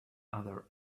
other